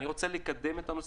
אני רוצה לקדם את הנושא,